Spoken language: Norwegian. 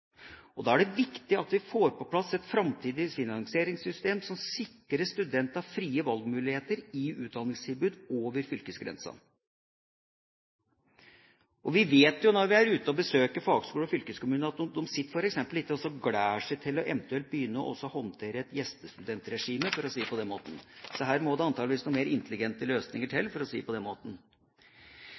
Da er det viktig at vi får på plass et framtidig finansieringssystem som sikrer studentene frie valgmuligheter i utdanningstilbud over fylkesgrensen. Vi vet jo, når vi er ute og besøker fagskoler og fylkeskommuner, at de ikke sitter og gleder seg til eventuelt å begynne å håndtere et gjestestudentregime, for å si det på den måten. Så her må det antageligvis noe mer intelligente løsninger til.